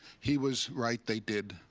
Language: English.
he was right, they did,